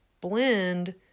blend